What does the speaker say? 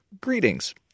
Greetings